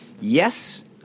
Yes